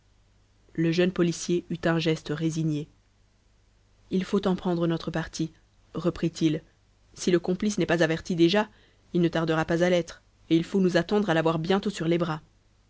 le jeune policier eut un geste résigné il faut en prendre notre parti reprit-il si le complice n'est pas averti déjà il ne tardera pas à l'être et il faut nous attendre à l'avoir bientôt sur les bras